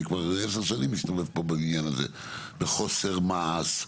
אני כבר עשר שנים מסתובב פה בבניין הזה בחוסר מעש.